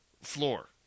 floor